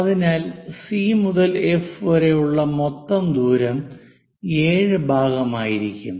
അതിനാൽ സി മുതൽ എഫ് വരെയുള്ള മൊത്തം ദൂരം 7 ഭാഗമായിരിക്കും